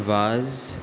वाज